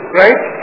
right